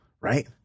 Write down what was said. right